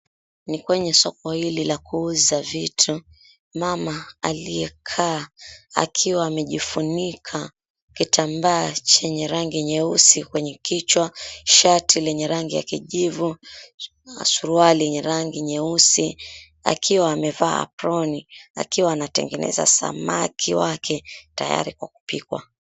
Ni kwenye soko hili la kuuza vitu, mama aliyekaa akiwa amejifunika kitambaa chenye rangi nyeusi kwenye kichwa, shati lenye rangi ya kijivu, suruali yenye rangi nyeusi, akiwa amevaa aproni , akiwa anatengeneza samaki wake tayari kwa kupikwa.